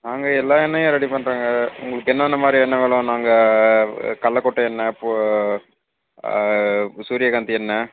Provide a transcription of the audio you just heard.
நாங்கள் எல்லா எண்ணெயும் ரெடி பண்ணுறோங்க உங்களுக்கு என்னென்ன மாதிரி எண்ணெய் வேணும் நாங்கள் கல்லக்கொட்டை எண்ணெய் இப்போது சூரியகாந்தி எண்ணெய்